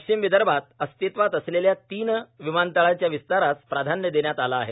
पश्चिम विदर्भात अस्तित्वात असलेल्या तीन विमानतळांच्या विस्तारास प्राधान्य देण्यात आले आहे